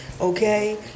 okay